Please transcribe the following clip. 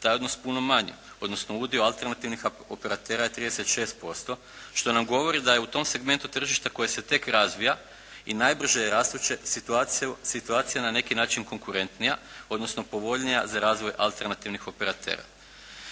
taj odnos puno manji odnosno udio alternativnih operatera je 36% što nam govori da je u tom segmentu tržište koje se tek razvija i najbrže je rastuće situaciju, situacija na neki način konkurentnija odnosno povoljnija za razvoj alternativnih operatera.